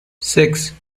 six